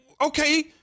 okay